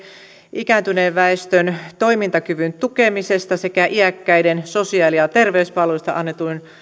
ikääntyneen väestön toimintakyvyn tukemisesta sekä iäkkäiden sosiaali ja terveyspalveluista